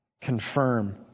Confirm